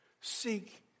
Seek